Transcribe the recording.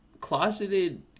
closeted